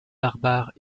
barbares